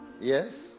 Yes